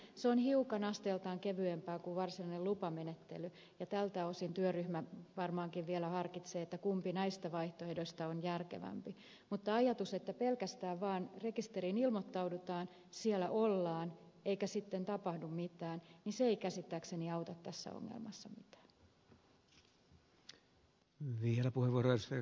se on hiukan asteeltaan kevyempää kuin varsinainen lupamenettely ja tältä osin työryhmä varmaankin vielä harkitsee kumpi näistä vaihtoehdoista on järkevämpi mutta ajatus että pelkästään vaan rekisteriin ilmoittaudutaan siellä ollaan eikä sitten tapahdu mitään se ei käsittääkseni auta tässä ongelmassa mitään